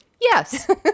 Yes